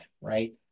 right